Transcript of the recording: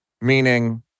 meaning